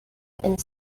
and